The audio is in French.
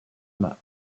mâts